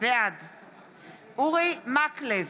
בעד אורי מקלב,